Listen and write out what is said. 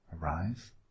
arise